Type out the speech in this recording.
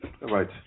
Right